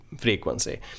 frequency